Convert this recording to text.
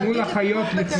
תנו לחיות לחיות.